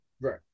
Right